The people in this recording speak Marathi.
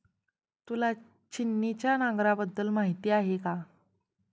तुला छिन्नीच्या नांगराबद्दल माहिती आहे का?